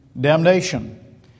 damnation